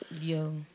Yo